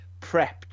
prepped